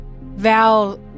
Val